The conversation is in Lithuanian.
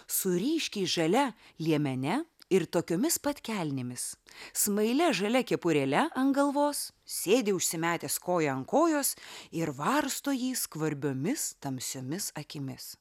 su ryškiai žalia liemene ir tokiomis pat kelnėmis smailia žalia kepurėle ant galvos sėdi užsimetęs koją ant kojos ir varsto jį skvarbiomis tamsiomis akimis